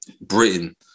Britain